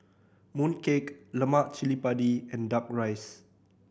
mooncake lemak cili padi and Duck Rice